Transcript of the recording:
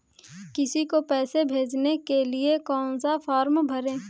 किसी को पैसे भेजने के लिए कौन सा फॉर्म भरें?